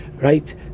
right